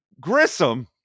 Grissom